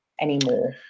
anymore